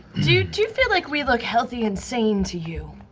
do do you feel like we look healthy and sane to you?